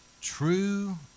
true